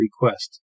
request